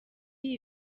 iyi